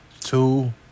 Two